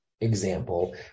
example